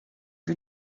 you